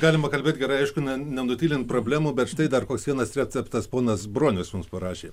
galima kalbėt gerai aišku ne nenutylint problemų bet štai dar koks vienas receptas ponas bronius mums parašė